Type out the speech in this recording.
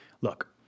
look